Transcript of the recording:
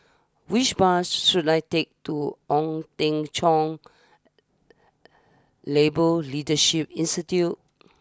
which bus should I take to Ong Teng Cheong Labour Leadership Institute